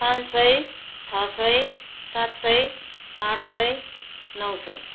पाँच सय छ सय सात सय आठ सय नौ सय